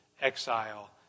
exile